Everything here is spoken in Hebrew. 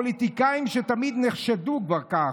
הפוליטיקאים שתמיד נחשדו" כבר כך,